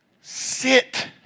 sit